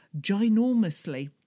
ginormously